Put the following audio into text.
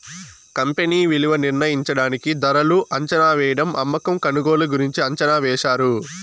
company విలువ నిర్ణయించడానికి ధరలు అంచనావేయడం అమ్మకం కొనుగోలు గురించి అంచనా వేశారు